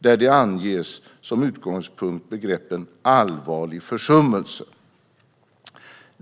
Där anges som utgångspunkt begreppet allvarlig försummelse.